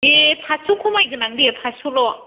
दे पासस' खमायगोनां पासस' ल'